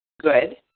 good